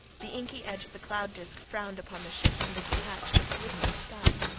the inky edge of the cloud-disc frowned upon the ship under the patch of glittering sky.